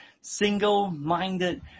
single-minded